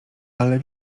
ale